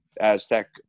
Aztec